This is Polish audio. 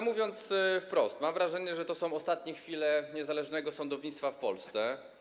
Mówiąc wprost, mam wrażenie, że to są ostatnie chwile niezależnego sądownictwa w Polsce.